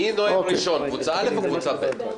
מי נואם ראשון קבוצה א' או קבוצה ב'?